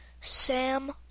Sam